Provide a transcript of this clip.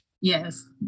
Yes